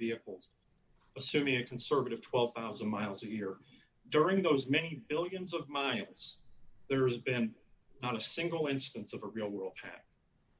vehicles assuming a conservative twelve thousand miles a year during those many billions of miles there's been not a single instance of a real world tax